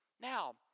Now